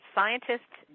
Scientists